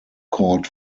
court